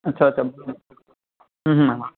અચ્છા અચ્છા મમ હા હા